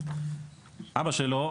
אבא שלו,